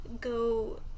go